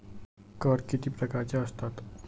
कर किती प्रकारांचे असतात?